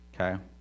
okay